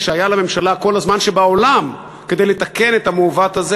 כשהיה לממשלה כל הזמן שבעולם כדי לתקן את המעוות הזה,